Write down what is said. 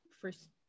first